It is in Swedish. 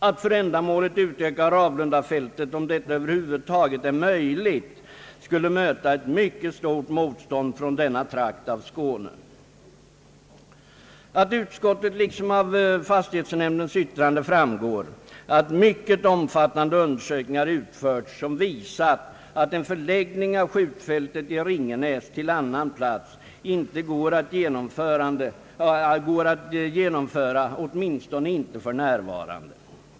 Att för ändamålet utöka Ravlundafältet, om detta över huvud taget är möjligt, skulle möta stort motstånd från denna trakt av Skåne. Av utskottets liksom av fastighetsnämndens yttranden framgår, att mycket omfattande undersökningar har utförts som visar att en förläggning av skjutfältet i Ringenäs till annan plats icke går att genomföra åtminstone inte för närvarande.